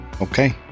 okay